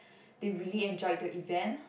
they really enjoyed the event